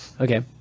okay